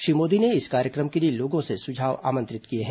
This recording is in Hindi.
श्री मोदी ने इस कार्यक्रम के लिए लोगों से सुझाव आमंत्रित किये हैं